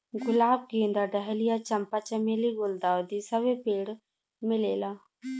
गुलाब गेंदा डहलिया चंपा चमेली गुल्दाउदी सबे पेड़ मिलेला